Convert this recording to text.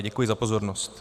Děkuji za pozornost.